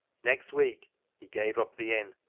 next week he gave up the inn.